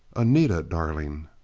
anita darling